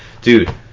dude